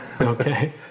Okay